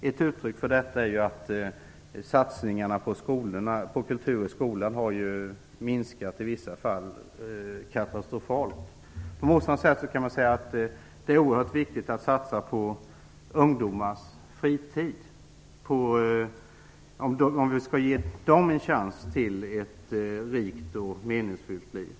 Ett uttryck för detta är att satsningarna på kultur i skolan har minskat, i vissa fall katastrofalt. På motsvarande sätt kan man säga att det är oerhört viktigt att satsa på ungdomars fritid, om vi skall kunna ge dem en chans till ett rikt och meningsfullt liv.